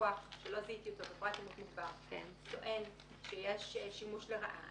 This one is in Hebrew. לקוח שלא זיהיתי אותו בפרט אימות מוגבר טוען שיש שימוש לרעה,